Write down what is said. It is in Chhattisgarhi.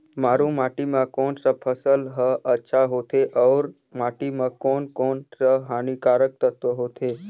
मारू माटी मां कोन सा फसल ह अच्छा होथे अउर माटी म कोन कोन स हानिकारक तत्व होथे?